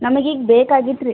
ನಮಗೆ ಈಗ ಬೇಕಾಗಿತ್ತು ರೀ